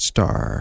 Star